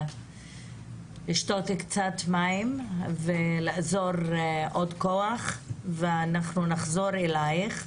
לשתות קצת מים ולאזור עוד כוח ונחזור אליה.